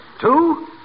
two